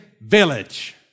village